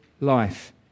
life